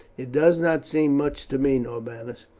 it does not seem much to me, norbanus,